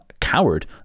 coward